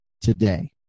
today